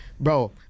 Bro